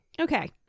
Okay